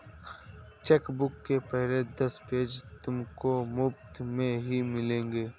chequebook के पहले दस पेज तुमको मुफ़्त में ही मिलेंगे